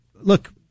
look